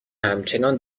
همچنان